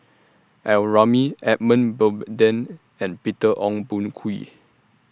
L Ramli Edmund Blundell and Peter Ong Boon Kwee